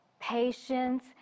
patience